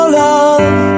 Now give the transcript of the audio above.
love